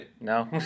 No